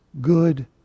good